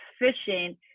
efficient